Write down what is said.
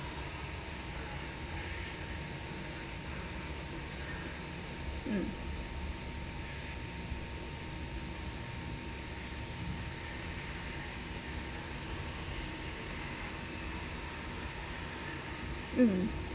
mm mm